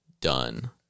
done